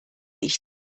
ich